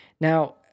Now